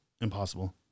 impossible